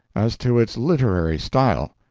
as to its literary style.